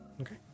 okay